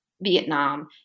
Vietnam